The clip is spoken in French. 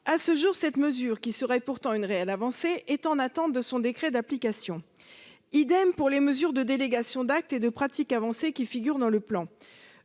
À ce jour, cette mesure, qui serait pourtant une réelle avancée, attend son décret d'application. pour les mesures de délégation d'actes et de pratique avancée qui figurent dans le plan.